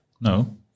No